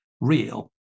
real